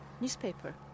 newspaper